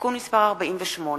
(תיקון מס' 48)